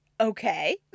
Okay